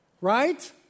Right